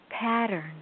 pattern